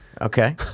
Okay